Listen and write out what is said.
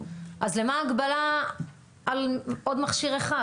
אז למה ההגבלה על עוד מכשיר אחד?